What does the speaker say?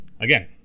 again